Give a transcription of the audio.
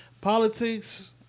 Politics